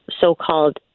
so-called